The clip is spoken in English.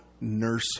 nurse